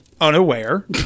unaware